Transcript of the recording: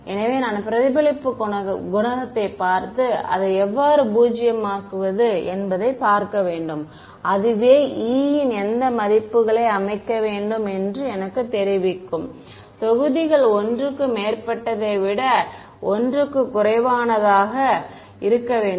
எனவே நான் பிரதிபலிப்பு குணகத்தைப் பார்த்து அதை எவ்வாறு பூஜ்ஜியமாக்குவது என்பதைப் பார்க்க வேண்டும் அதுவே e இன் எந்த மதிப்புகளை அமைக்க வேண்டும் என்று எனக்குத் தெரிவிக்கும் தொகுதிகள் ஒன்றுக்கு மேற்பட்டதை விட ஒன்றுக்கு குறைவானதாக இருக்க வேண்டும்